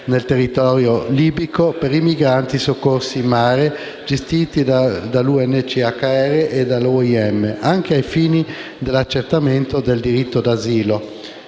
nel territorio libico per i migranti soccorsi in mare gestiti dall'UNHCR e dall'OIM, anche ai fini dell'accertamento del diritto d'asilo